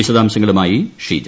വിശദാംശങ്ങളുമായി ഷീജ